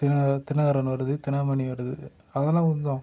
தினகரன் தினகரன் வருது தினமணி வருது அதலாம் வந்துடும்